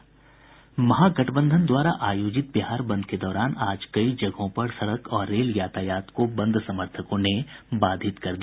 महागठबंधन द्वारा आयोजित बिहार बंद के दौरान आज कई जगहों पर सड़क और रेल यातायात को बंद समर्थकों ने बाधित कर दिया